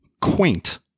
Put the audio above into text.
quaint